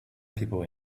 people